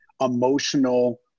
emotional